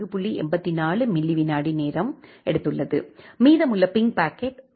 84 milli விநாடி நேரம் எடுத்துள்ளது மீதமுள்ள பிங் பாக்கெட் 0